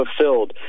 fulfilled